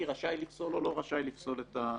רשאי לפסול או לא רשאי לפסול את המינוי.